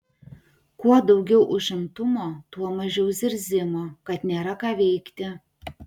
kuo daugiau užimtumo tuo mažiau zirzimo kad nėra ką veikti